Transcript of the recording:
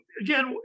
again